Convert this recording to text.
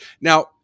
Now